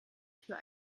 für